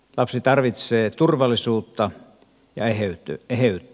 lapsi tarvitsee turvallisuutta ja eheyttä